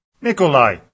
Nikolai